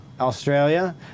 Australia